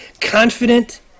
confident